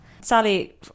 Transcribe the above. sally